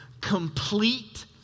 complete